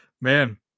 man